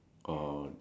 oh